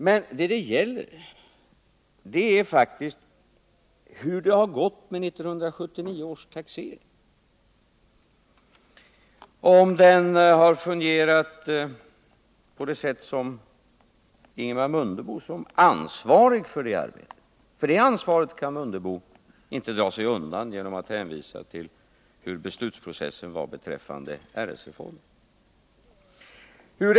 Men vad det gäller är faktiskt hur 1979 års taxeringsarbete har fungerat. Det är Ingemar Mundebo som är ansvarig för det ärendet, och det ansvaret kan herr Mundebo inte dra sig undan genom att hänvisa till den beslutsprocess som föregick RS-reformen.